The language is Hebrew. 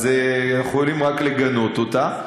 אז יכולים רק לגנות אותה.